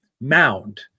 mound